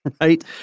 right